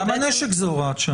גם הנשק זה הוראת שעה.